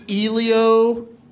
Elio